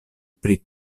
pri